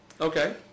Okay